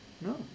No